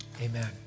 Amen